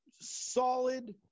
solid